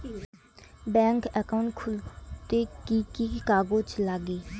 Bank account খুলতে কি কি কাগজ লাগে?